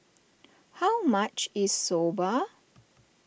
how much is Soba